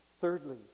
Thirdly